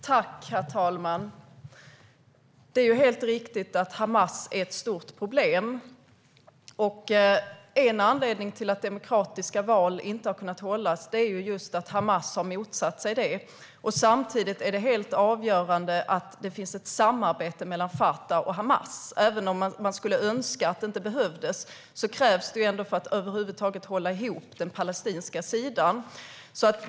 Herr talman! Det är helt riktigt att Hamas är ett stort problem. En anledning till att demokratiska val inte har kunnat hållas är att Hamas har motsatt sig det. Samtidigt är det helt avgörande att det finns ett samarbete mellan Fatah och Hamas. Även om man skulle önska att det inte behövdes krävs det ett samarbete för att över huvud taget hålla ihop den palestinska sidan.